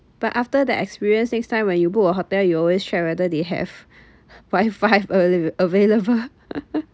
but after that experience next time when you book a hotel you always check whether they have wifi avail~ available